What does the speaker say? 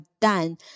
done